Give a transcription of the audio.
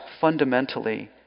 fundamentally